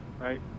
right